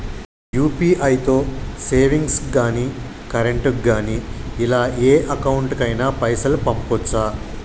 UPI తో savings గాని current గాని ఇలా ఏ అకౌంట్ కైనా పైసల్ పంపొచ్చా?